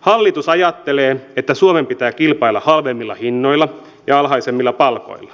hallitus ajattelee että suomen pitää kilpailla halvemmilla hinnoilla ja alhaisemmilla palkoilla